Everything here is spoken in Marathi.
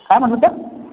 काय म्हणालात सर